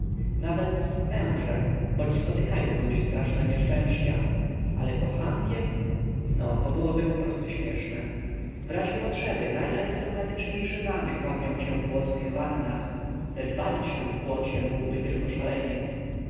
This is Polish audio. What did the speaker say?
nawet mężem boć spotykają ludzi straszne nieszczęścia ale kochankiem no to byłoby poprostu śmieszne w razie potrzeby najarystokratyczniejsze damy kąpią się w błotnych wannach lecz bawić się w błocie mógłby tylko szaleniec